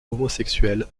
homosexuel